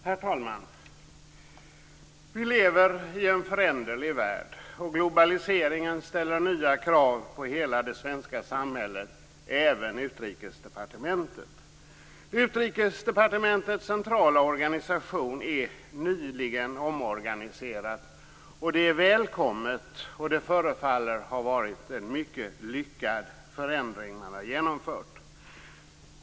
Herr talman! Vi lever i en föränderlig värld, och globaliseringen ställer nya krav på hela det svenska samhället, även Utrikesdepartementet. Utrikesdepartementets centrala organisation är nyligen omorganiserad. Det är välkommet, och det förefaller vara en mycket lyckad förändring man har genomfört.